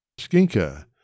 Skinker